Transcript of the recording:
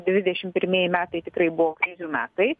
dvidešim pirmieji metai tikrai buvo krizių metai